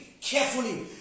carefully